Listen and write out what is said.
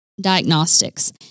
Diagnostics